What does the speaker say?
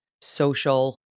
social